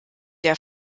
der